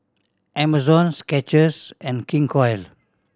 Amazon Skechers and King Koil